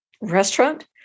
restaurant